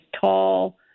tall